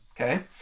okay